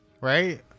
Right